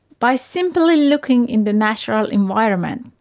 by simply looking in the natural environment,